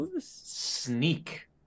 sneak